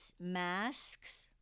masks